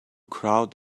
crowd